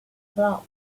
club